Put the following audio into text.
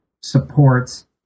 supports